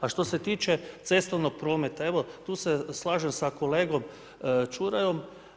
A što se tiče cestovnog prometa, evo tu se slažem sa kolegom Ćurajom.